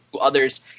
others